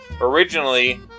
Originally